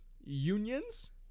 Unions